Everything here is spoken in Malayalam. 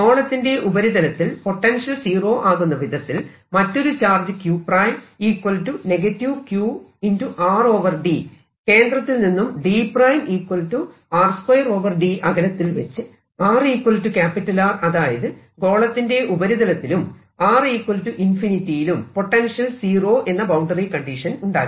ഗോളത്തിന്റെ ഉപരിതലത്തിൽ പൊട്ടൻഷ്യൽ സീറോ ആകുന്ന വിധത്തിൽ മറ്റൊരു ചാർജ് q qRd കേന്ദ്രത്തിൽ നിന്നും d R2d അകലത്തിൽ വെച്ച് r R അതായത് ഗോളത്തിന്റെ ഉപരിതലത്തിലും r ∞ യിലും പൊട്ടൻഷ്യൽ സീറോ എന്ന ബൌണ്ടറി കണ്ടീഷൻ ഉണ്ടാക്കി